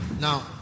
Now